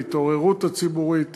ההתעוררות הציבורית,